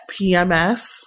PMS